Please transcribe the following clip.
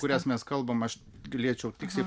kurias mes kalbam aš galėčiau tiksliai